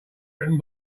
written